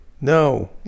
no